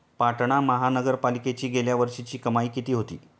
पाटणा महानगरपालिकेची गेल्या वर्षीची कमाई किती होती?